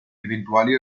eventuali